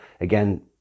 Again